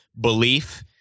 Belief